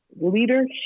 leadership